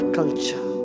culture